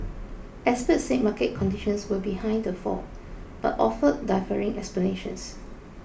experts said market conditions were behind the fall but offered differing explanations